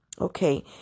okay